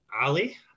Ali